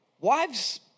Wives